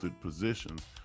positions